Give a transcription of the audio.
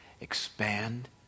expand